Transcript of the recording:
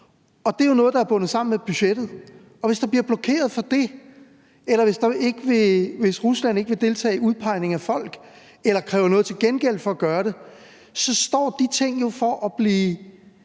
det er jo noget, der er bundet sammen med budgettet, og hvis der bliver blokeret for det, eller hvis Rusland ikke vil deltage i udpegningen af folk eller kræver noget til gengæld for at gøre det, så står de ting jo over